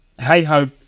hey-ho